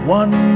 one